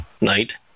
night